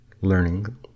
learning